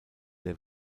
der